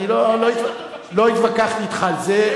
אני לא התווכחתי אתך על זה.